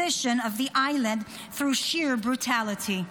of the island through sheer brutality.